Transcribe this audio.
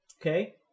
okay